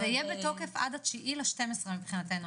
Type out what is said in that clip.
אז זה יהיה בתוקף עד 9 בדצמבר מבחינתנו.